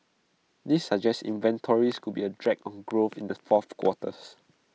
this suggests inventories could be A drag on growth in the fourth quarters